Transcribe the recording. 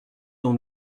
dont